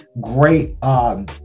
great